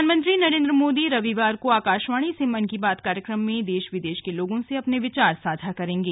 मन की बात प्रधानमंत्री नरेन्द्र मोदी रविवार को आकाशवाणी से मन की बात कार्यक्रम में देश विदेश के लोगों से अपने विचार साझा करेंगे